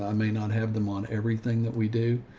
i may not have them on everything that we do,